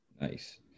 Nice